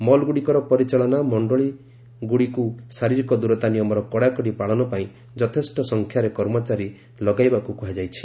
ମଲ୍ଗୁଡ଼ିକର ପରିଚାଳନା ମଣ୍ଡଳୀଗୁଡ଼ିକୁ ଶାରୀରିକ ଦୂରତା ନିୟମର କଡ଼ାକଡ଼ି ପାଳନ ପାଇଁ ଯଥେଷ୍ଟ ସଂଖ୍ୟାରେ କର୍ମଚାରୀ ଲଗାଇବାକୁ କୁହାଯାଇଛି